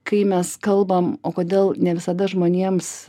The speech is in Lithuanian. kai mes kalbam o kodėl ne visada žmonėms